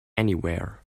anywhere